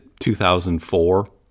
2004